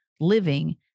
living